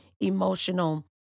emotional